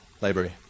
library